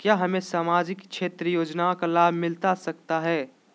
क्या हमें सामाजिक क्षेत्र योजना के लाभ मिलता सकता है?